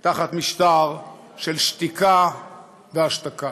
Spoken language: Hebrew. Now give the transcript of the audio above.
תחת משטר של שתיקה והשתקה.